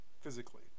physically